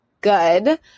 good